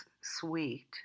sweet